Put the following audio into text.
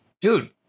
Dude